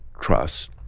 trust